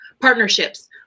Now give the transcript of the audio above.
partnerships